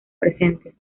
presentes